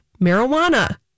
marijuana